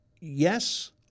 yes